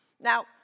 Now